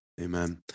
Amen